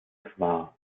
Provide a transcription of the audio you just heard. war